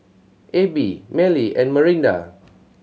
Abie Mallie and Marinda